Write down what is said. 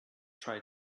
try